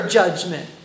judgment